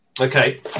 okay